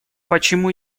почему